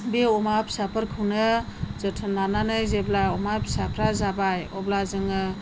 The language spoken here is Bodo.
बे अमा फिसाफोरखौनो जोथोन लानानै जेब्ला अमा फिसाफ्रा जाबाय अब्ला जोङो